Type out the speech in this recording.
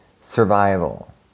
survival